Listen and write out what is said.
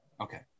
Okay